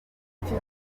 buryo